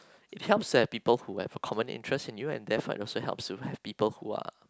it helps to have people who have common interest in you and therefore it also helps to have people who are